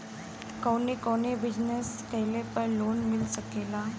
कवने कवने बिजनेस कइले पर लोन मिल सकेला?